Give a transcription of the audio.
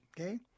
okay